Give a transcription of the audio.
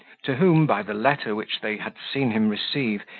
to whom, by the letter which they had seen him receive,